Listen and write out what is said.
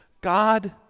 God